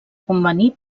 convenir